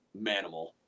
manimal